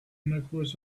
networks